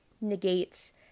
negates